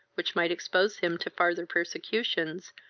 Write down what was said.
which might expose him to farther persecutions,